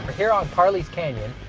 here on parleys canyon,